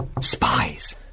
Spies